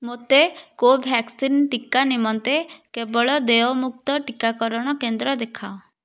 ମୋତେ କୋଭ୍ୟାକ୍ସିନ୍ ଟିକା ନିମନ୍ତେ କେବଳ ଦେୟମୁକ୍ତ ଟିକାକରଣ କେନ୍ଦ୍ର ଦେଖାଅ